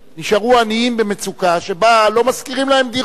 נשארו עניים במצוקה, שבה לא משכירים להם דירות,